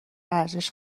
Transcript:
ارزش